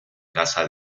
casa